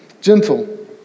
gentle